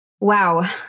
Wow